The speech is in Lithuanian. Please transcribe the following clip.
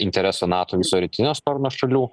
intereso nato viso rytinio sparno šalių